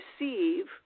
receive